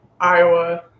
Iowa